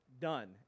done